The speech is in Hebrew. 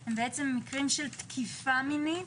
הם מקרים של תקיפה מינית